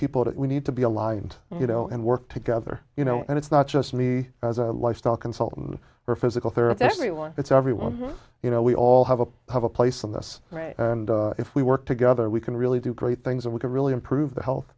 people that we need to be a lot and you know and work together you know and it's not just me as a lifestyle consultant or physical therapy everyone it's everyone you know we all have a have a place in us if we work together we can really do great things that we can really improve the health